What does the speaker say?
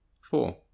four